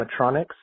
animatronics